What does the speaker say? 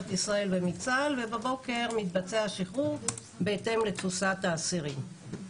ישראל ומצה"ל ובבוקר מתבצע שחרור בהתאם לתפוסת האסירים.